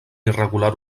irregular